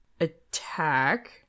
attack